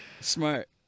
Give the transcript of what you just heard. Smart